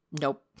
nope